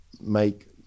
make